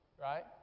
Right